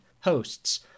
Hosts